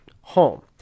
home